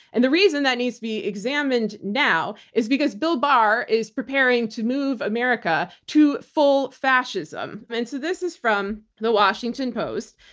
and the reason that needs to be examined now is because bill barr is preparing to move america to full fascism. and so this is from the washington post.